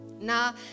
Now